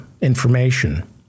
Information